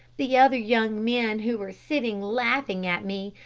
the other young men, who were sitting laughing at me,